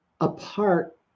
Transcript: apart